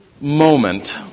moment